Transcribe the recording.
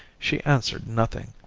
she answered nothing.